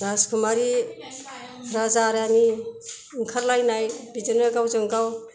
राजकुमारि राजा रानि ओंखारलायनाय बिदिनो गावजों गाव